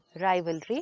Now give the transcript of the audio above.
rivalry